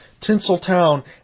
Tinseltown